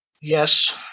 Yes